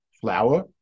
flour